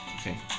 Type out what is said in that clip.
Okay